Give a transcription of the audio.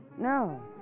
No